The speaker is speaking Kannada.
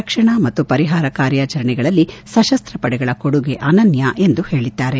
ರಕ್ಷಣಾ ಮತ್ತು ಪರಿಹಾರ ಕಾರ್ಯಾಚರಣೆಗಳಲ್ಲಿ ಸಶಸ್ತ್ರ ಪಡೆಗಳ ಕೊಡಗೆ ಅನನ್ಯ ಎಂದು ಹೇಳಿದ್ದಾರೆ